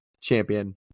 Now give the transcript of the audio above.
champion